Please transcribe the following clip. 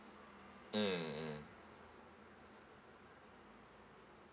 mm mm